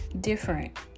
different